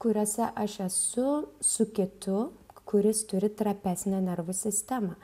kuriose aš esu su kitu kuris turi trapesnę nervų sistemą